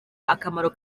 akamaro